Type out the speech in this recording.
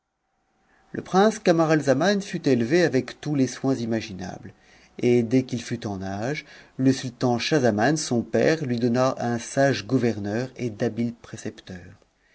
le prince camaralzaman fut élevé avec tous les soins imaginables et dès qu'il fut en âge le sultan schahzaman son père lui donna un sage gouverneur et d'habiles précepteurs